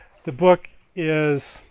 the book is